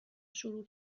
شروع